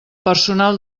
personal